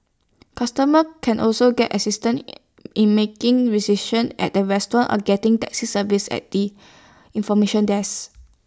customer can also get assistance in making recision at A restaurant or getting taxi service at the information desk